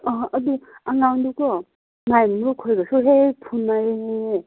ꯑꯗꯨ ꯑꯉꯥꯡꯗꯣꯀꯣ ꯅꯍꯥꯟꯃꯨꯛ ꯃꯈꯣꯏꯒꯁꯨ ꯍꯦꯛ ꯍꯦꯛ ꯐꯨꯅꯩꯌꯦꯅꯦ